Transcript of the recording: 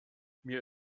mir